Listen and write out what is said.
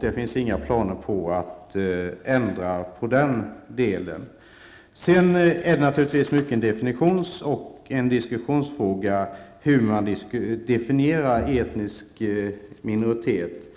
Det finns inga planer på att ändra på den delen. Det är mycket av en diskussionsfråga hur man skall definiera etniska minoriteter.